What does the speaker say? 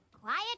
Quiet